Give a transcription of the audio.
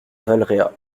valréas